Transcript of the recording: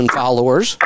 followers